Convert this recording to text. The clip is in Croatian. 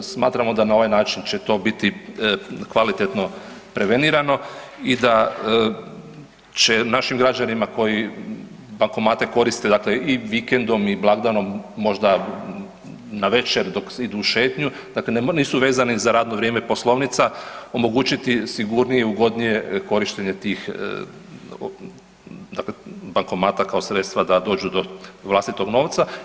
Smatramo da na ovaj način će to biti kvalitetno prevenirano i da će našim građanima koji bankomate koriste, dakle i vikendom i blagdanom, možda navečer dok idu u šetnju, dakle nisu vezani za radno vrijeme poslovnica, omogućiti sigurnije i ugodnije korištenje tih dakle bankomata kao sredstva da dođu do vlastitog novca.